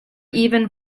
even